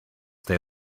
they